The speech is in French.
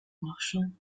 marchands